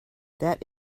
that